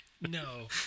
No